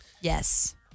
Yes